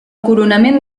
coronament